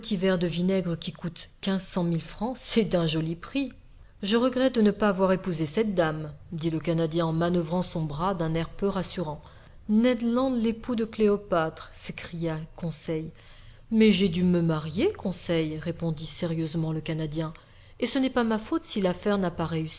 de vinaigre qui coûte quinze cents mille francs c'est d'un joli prix je regrette de ne pas avoir épousé cette dame dit le canadien en manoeuvrant son bras d'un air peu rassurant ned land l'époux de cléopâtre s'écria conseil mais j'ai dû me marier conseil répondit sérieusement le canadien et ce n'est pas ma faute si l'affaire n'a pas réussi